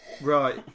Right